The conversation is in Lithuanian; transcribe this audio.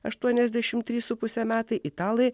aštuoniasdešimt trys su puse metai italai